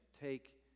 Take